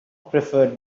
preferred